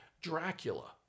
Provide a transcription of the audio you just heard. Dracula